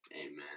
Amen